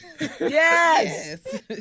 Yes